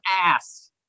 ass